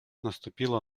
наступила